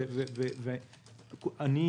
בנק ישראל ואני